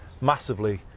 massively